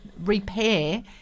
repair